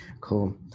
Cool